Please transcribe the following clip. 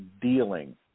dealing